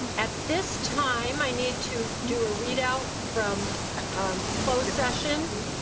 at this time, i need to do a read out from closed session.